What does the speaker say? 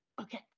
Okay